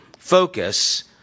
focus